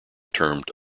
termed